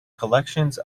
collections